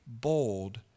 bold